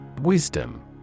Wisdom